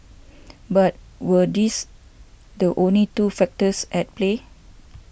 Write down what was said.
but were these the only two factors at play